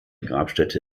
grabstätte